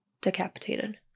decapitated